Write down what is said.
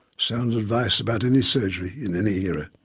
sound advice about any surgery in any era.